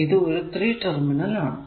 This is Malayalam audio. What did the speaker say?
ഇത് ഒരു 3 ടെർമിനൽ ആണ്